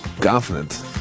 confident